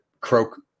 croak